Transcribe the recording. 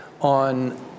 on